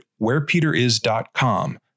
wherepeteris.com